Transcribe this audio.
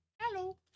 Hello